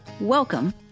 Welcome